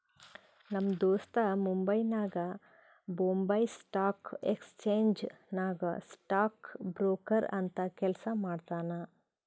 ನಮ್ ದೋಸ್ತ ಮುಂಬೈನಾಗ್ ಬೊಂಬೈ ಸ್ಟಾಕ್ ಎಕ್ಸ್ಚೇಂಜ್ ನಾಗ್ ಸ್ಟಾಕ್ ಬ್ರೋಕರ್ ಅಂತ್ ಕೆಲ್ಸಾ ಮಾಡ್ತಾನ್